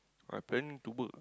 I planning to work ah